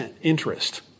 interest